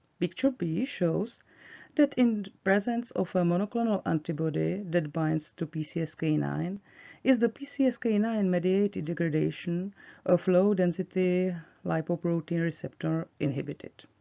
picture b shows that in presence of a monoclonal antibody that binds to p c s k nine is the p c s k nine mediated degradation of low-density lipoprotein receptor inhibited.